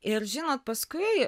ir žinot paskui